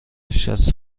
شصت